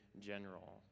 general